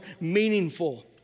meaningful